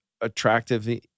attractive